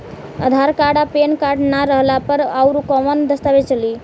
आधार card आ PAN card ना रहला पर अउरकवन दस्तावेज चली?